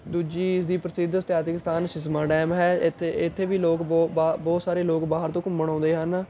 ਦੂਜੀ ਇਸਦੀ ਪ੍ਰਸਿੱਧ ਇਤਿਹਾਸਿਕ ਸਥਾਨ ਸਿਸਵਾਂ ਡੈਮ ਹੈ ਇੱਥੇ ਇੱਥੇ ਵੀ ਲੋਕ ਬਹੁ ਬਹ ਬਹੁਤ ਸਾਰੇ ਲੋਕ ਬਾਹਰ ਤੋਂ ਘੁੰਮਣ ਆਉਂਦੇ ਹਨ